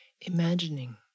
imagining